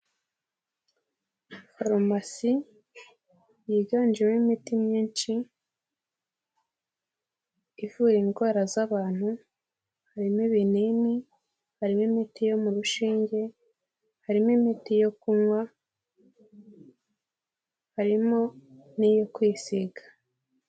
Farumasi yiganjemo imiti myinshi ivura indwara z'abantu, harimo ibinini, harimo imiti yo mu rushing, harimo imiti yo kunywa, harimo n'iyo kwisiga.